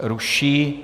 Ruší.